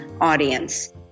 audience